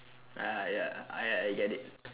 ah ya I I get it